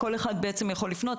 כל אחד בעצם יכול לפנות,